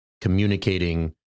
communicating